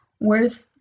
worth